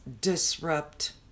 disrupt